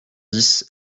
dix